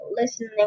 listening